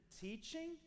teaching